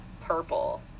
purple